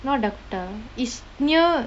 not dakota is near